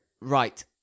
Right